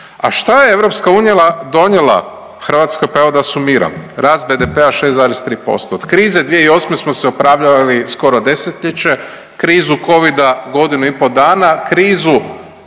a šta je EU donijela Hrvatskoj? Pa evo da sumiram, rast BDP-a 6,3%, od krize 2008. smo se oporavljali skoro 10-ljeće, krizu covida godinu i po dana, krizu